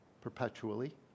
perpetually